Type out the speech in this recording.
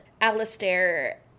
Alistair